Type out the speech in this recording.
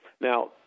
Now